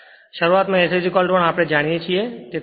શરૂઆતમાં S 1 આપણે જાણીએ છીએ